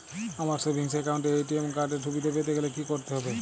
আমার savings account এ ATM card এর সুবিধা পেতে গেলে কি করতে হবে?